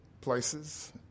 places